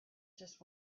just